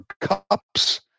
cups